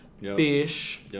fish